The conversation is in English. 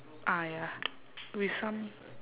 ah ya with some